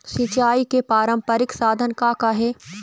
सिचाई के पारंपरिक साधन का का हे?